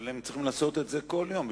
אבל הם צריכים לעשות את זה כל יום,